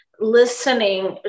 listening